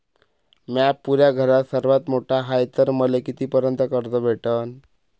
म्या पुऱ्या घरात सर्वांत मोठा हाय तर मले किती पर्यंत कर्ज भेटन?